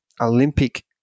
Olympic